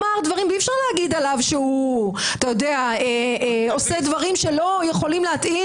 ואי-אפשר להגיד עליו שהוא עושה דברים שלא יכולים להתאים,